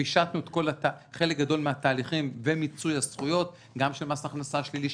פישטנו חלק גדול מהתהליכים ומיצוי הזכויות גם של מס ההכנסה השלילי,